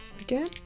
Again